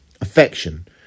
affection